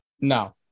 No